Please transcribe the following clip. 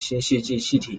气体